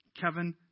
Kevin